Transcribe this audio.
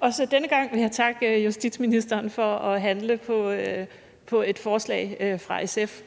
Også denne gang vil jeg takke justitsministeren for at handle på et forslag fra SF.